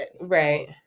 right